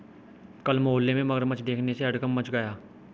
कल मोहल्ले में मगरमच्छ देखने से हड़कंप मच गया